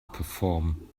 perform